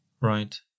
Right